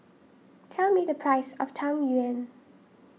tell me the price of Tang Yuen